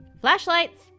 Flashlights